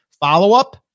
Follow-up